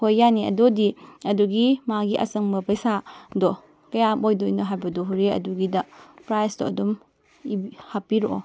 ꯍꯣꯏ ꯌꯥꯅꯤ ꯑꯗꯨꯑꯣꯏꯗꯤ ꯑꯗꯨꯒꯤ ꯃꯥꯒꯤ ꯑꯆꯪꯕ ꯄꯩꯁꯥꯗꯣ ꯀꯌꯥꯝ ꯑꯣꯏꯗꯣꯏꯅꯣ ꯍꯥꯏꯕꯗꯣ ꯍꯣꯔꯦꯟ ꯑꯗꯨꯒꯤꯗ ꯄ꯭ꯔꯥꯏꯖꯇꯣ ꯑꯗꯨꯝ ꯍꯥꯞꯄꯤꯔꯛꯑꯣ